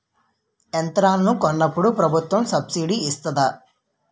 యంత్రాలను కొన్నప్పుడు ప్రభుత్వం సబ్ స్సిడీ ఇస్తాధా?